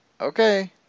okay